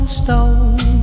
stone